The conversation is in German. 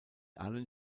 allen